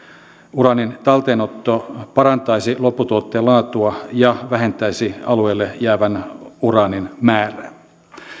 uraanin talteenotto parantaisi lopputuotteen laatua ja vähentäisi alueelle jäävän uraanin määrää